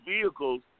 vehicles